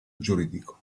giuridico